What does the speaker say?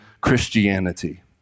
Christianity